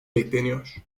bekleniyor